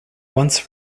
once